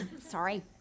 Sorry